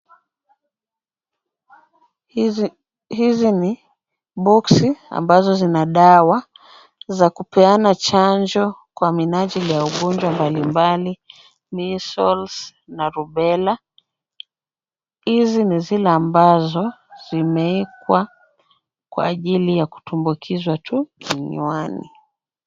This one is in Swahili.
Hizi ni boksi ambazo zina dawa za kupeana chanjo kwa minajili ya ugonjwa mbalimbali, Measles na Rubella. Hizi ni zile ambazo zimewekwa kwa ajili kutumbukizwa tu kinywani.